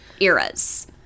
eras